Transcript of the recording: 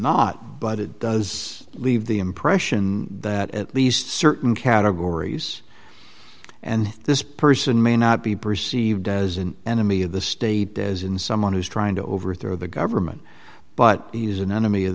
not but it does leave the impression that at least certain categories and this person may not be perceived as an enemy of the state as in someone who's trying to overthrow the government but he's an enemy of